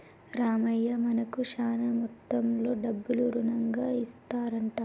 రామయ్య మనకు శాన మొత్తంలో డబ్బులు రుణంగా ఇస్తారంట